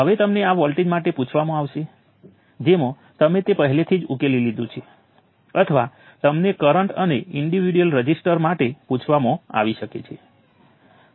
હવે દરેક નોડ ઉપર હું નોડની બહાર જતા કરંટોનો સરવાળો લખું છું જે ઈન્ડિપેન્ડેન્ટ સોર્સોમાંથી આવતા કરંટની બરાબર છે